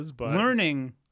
learning